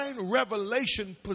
revelation